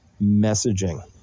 messaging